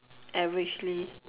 averagely